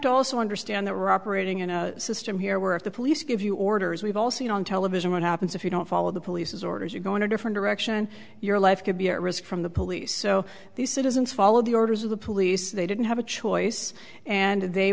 to also understand that we're operating in a system here we're at the police give you orders we've all seen on television what happens if you don't follow the police orders you go in a different direction your life could be at risk from the police so these citizens follow the orders of the police they didn't have a choice and they